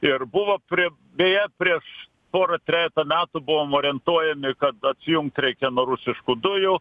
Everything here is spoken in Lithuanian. ir buvo prie beje prieš porą trejetą metų buvom orientuojami kad atsijungt reikia nuo rusiškų dujų